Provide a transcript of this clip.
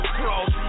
cross